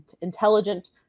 intelligent